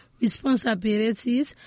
responsibilities